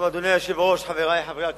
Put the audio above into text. אדוני היושב-ראש, חברי חברי הכנסת,